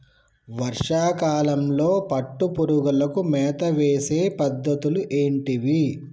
వర్షా కాలంలో పట్టు పురుగులకు మేత వేసే పద్ధతులు ఏంటివి?